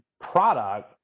product